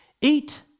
Eat